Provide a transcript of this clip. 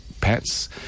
pets